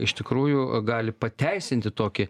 iš tikrųjų gali pateisinti tokį